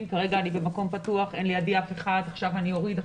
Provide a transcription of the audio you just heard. שכרגע אני במקום פתוח ואין לידי אף אחד ולכן עכשיו אני אוריד.